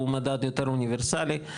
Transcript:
הוא מדד יותר אוניברסלי.